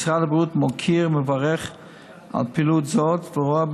משרד הבריאות מוקיר ומברך פעילות זו ורואה